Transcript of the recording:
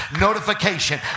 notification